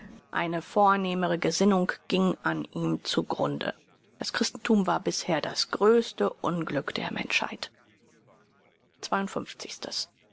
eine vornehmere gesinnung gieng an ihm zu grunde das christenthum war bisher das größte unglück der menschheit